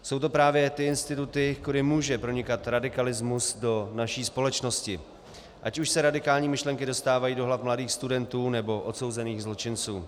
Jsou to právě ty instituty, kudy může pronikat radikalismus do naší společnosti, ať už se radikální myšlenky dostávají do hlav mladých studentů, nebo odsouzených zločinců.